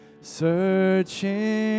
searching